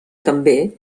també